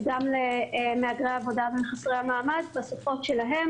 למהגרי העבודה ולחסרי המעמד בשפות שלהם.